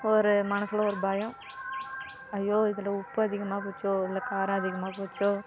ஒரு மனதில் ஒரு பயம் ஐயோ இதில் உப்பு அதிகமாக போச்சோ இல்லை காரம் அதிகமாக போச்சோ